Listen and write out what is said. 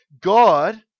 God